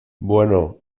bueno